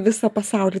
visą pasaulį